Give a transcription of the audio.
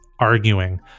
Arguing